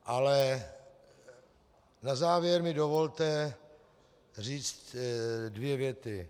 Ale na závěr mi dovolte říct dvě věty.